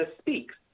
Speaks